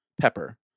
pepper